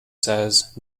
says